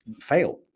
Fail